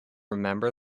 remember